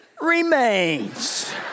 remains